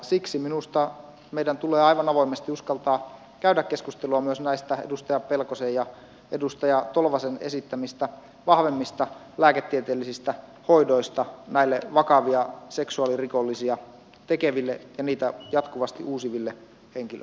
siksi minusta meidän tulee aivan avoimesti uskaltaa käydä keskustelua myös näistä edustaja pelkosen ja edustaja tolvasen esittämistä vahvemmista lääketieteellisistä hoidoista vakavia seksuaalirikoksia tekeville ja niitä jatkuvasti uusiville henkilöille